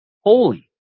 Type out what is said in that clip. Holy